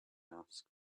asked